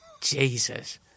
Jesus